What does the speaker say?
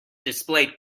displayed